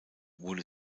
wurde